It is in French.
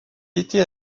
était